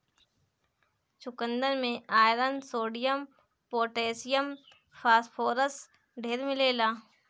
चुकन्दर में iron, sodium, potassium, phosphorus ढेर मिलेला